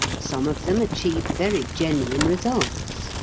some of them achieve very genuine results.